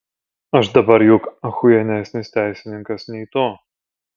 aš dabar juk achujienesnis teisininkas nei tu